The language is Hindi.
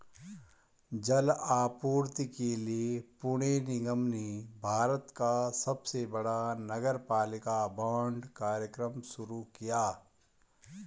जल आपूर्ति के लिए पुणे निगम ने भारत का सबसे बड़ा नगरपालिका बांड कार्यक्रम शुरू किया